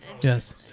yes